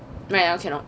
right now cannot